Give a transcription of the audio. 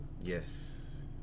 Yes